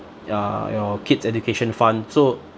uh your kids' education fund so